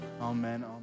Amen